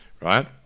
right